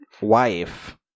wife